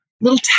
little